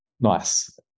Nice